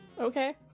Okay